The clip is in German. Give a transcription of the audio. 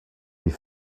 wie